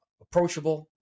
approachable